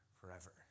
forever